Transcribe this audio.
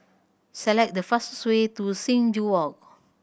select the fastest way to Sing Joo Walk